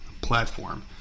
platform